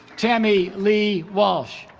tammy lee walsh